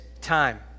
time